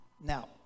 Now